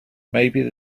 maybe